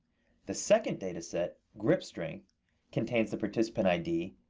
the second data set, grip strength contains the participant id,